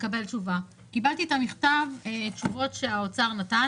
תהיה תשואה ממוצעת, כמו שהם הציגו, של 6.3%,